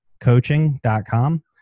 Coaching.com